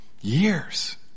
years